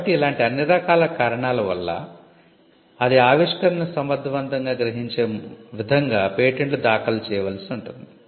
కాబట్టి ఇలాంటి అన్ని రకాల కారణాల వల్ల అది ఆవిష్కరణను సమర్థవంతంగా గ్రహించే విధంగా పేటెంట్లు దాఖలు చేయవలసి ఉంటుంది